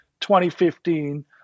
2015